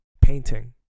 painting